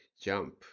Jump